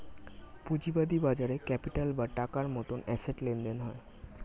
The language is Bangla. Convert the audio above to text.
পুঁজিবাদী বাজারে ক্যাপিটাল বা টাকার মতন অ্যাসেট লেনদেন হয়